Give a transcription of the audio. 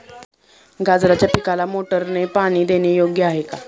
गाजराच्या पिकाला मोटारने पाणी देणे योग्य आहे का?